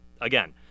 again